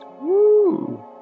Woo